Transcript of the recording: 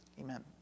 amen